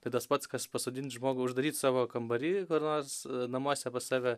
tai tas pats kas pasodint žmogų uždaryt savo kambary kur nors namuose pas save